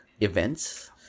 events